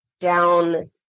down